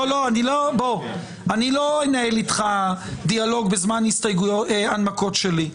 לא אנהל איתך דיאלוג בזמן הנמקות שלי.